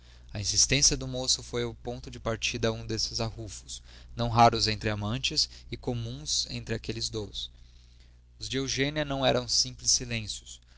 a insistência do moço foi o ponto de partida a um desses arrufos não raros entre amantes e comuns entre aqueles dois os de eugênia não eram simples silêncios